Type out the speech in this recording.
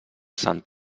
sant